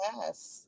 yes